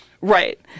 Right